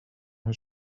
his